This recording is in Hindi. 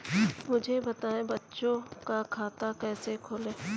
मुझे बताएँ बच्चों का खाता कैसे खोलें?